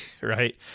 right